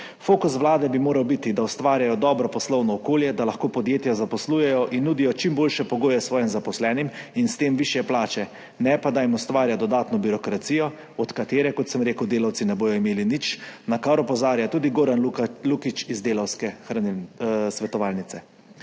Fokus Vlade bi moral biti na tem, da ustvarjajo dobro poslovno okolje, da lahko podjetja zaposlujejo in nudijo čim boljše pogoje svojim zaposlenim in s tem višje plače, ne pa da jim ustvarja dodatno birokracijo, od katere, kot sem rekel, delavci ne bodo imeli nič, na kar opozarja tudi Goran Lukić iz Delavske svetovalnice.